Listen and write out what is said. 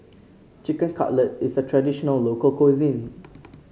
Chicken Cutlet is a traditional local cuisine